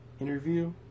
interview